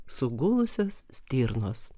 sugulusios stirnos